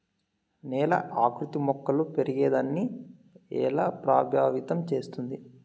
నేల ఆకృతి మొక్కలు పెరిగేదాన్ని ఎలా ప్రభావితం చేస్తుంది?